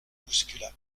bouscula